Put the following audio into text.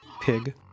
pig